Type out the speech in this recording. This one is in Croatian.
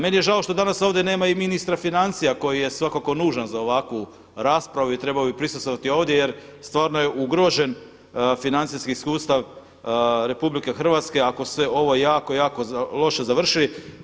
Meni je žao što danas ovdje nema i ministra financija koji je svakako nužan za ovakvu raspravu i trebao bi prisustvovati ovdje jer stvarno je ugrožen financijski sustav RH ako se ovo jako, jako loše završi.